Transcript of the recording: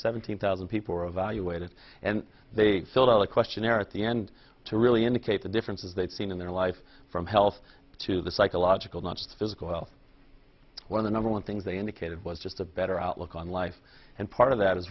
seventeen thousand people were evaluated and they filled out a questionnaire at the end to really indicate the differences they've seen in their life from health to the psychological not just physical health where the number one things they indicated was just a better outlook on life and part of that i